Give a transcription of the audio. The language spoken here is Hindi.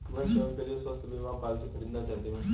मैं स्वयं के लिए स्वास्थ्य बीमा पॉलिसी खरीदना चाहती हूं